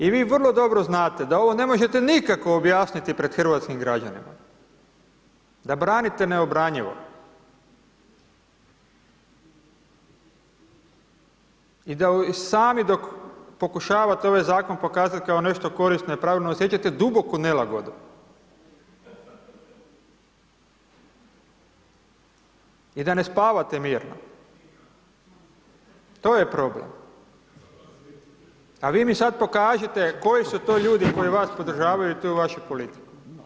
I vi vrlo dobro znate da ovo ne možete nikako objasniti pred hrvatskim građanima, da branite neobranjivo i da sami dok pokušavate ovaj zakon pokazat kao nešto korisno i pravedno, osjećate duboku nelagodu i da ne spavate mirno, to je problem, a vi mi sad pokažite koji su to ljudi koji vas podržavaju, tu vašu politiku?